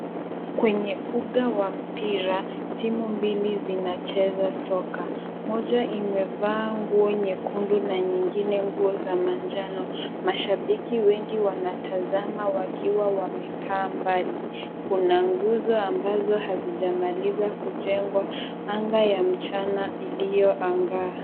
Kwenye uga wa mpira, timu mbili zinacheza soka. Moja imevaa nguo nyekundu na nyingine nguo za manjano. Mashabiki wengi wanatazama wakiwa wamekaa mbali. Kuna nguzo ambazo hazijamaliza kujengwa. Anga ya mchana iliyoangaa.